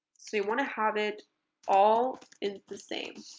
so you want to have it all in the same